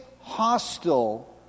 hostile